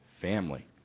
family